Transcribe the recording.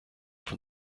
von